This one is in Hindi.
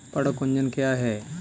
पर्ण कुंचन क्या है?